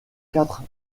quatre